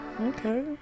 Okay